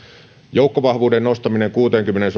joukkovahvuuden nostaminen kuuteenkymmeneen